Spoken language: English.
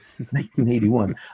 1981